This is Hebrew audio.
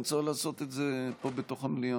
אין צורך לעשות את זה פה, בתוך המליאה.